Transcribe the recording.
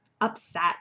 upset